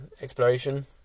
exploration